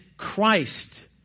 Christ